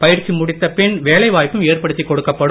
பயிற்சி முடித்த பின் வேலைவாய்ப்பும் ஏற்படுத்திக் கொடுக்கப்படும்